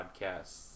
podcasts